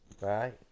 right